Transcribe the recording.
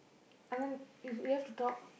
Anand we we have to talk